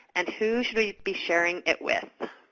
and who should we be sharing it with?